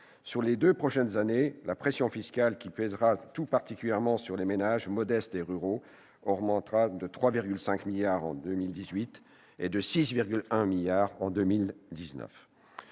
Sur les deux prochaines années, la pression fiscale, qui pèsera tout particulièrement sur les ménages modestes et ruraux, augmentera de 3,5 milliards d'euros en 2018, et de 6,1 milliards en 2019